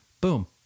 Boom